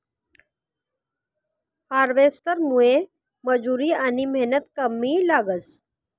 हार्वेस्टरमुये मजुरी आनी मेहनत कमी लागस